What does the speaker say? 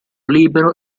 libero